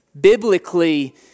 Biblically